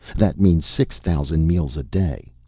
that means six thousand meals a day.